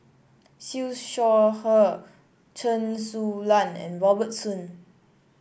Siew Shaw Her Chen Su Lan and Robert Soon